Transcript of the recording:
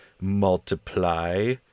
multiply